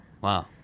Wow